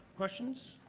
questions?